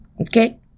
Okay